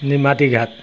নিমাতী ঘাট